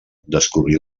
descobrí